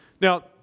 Now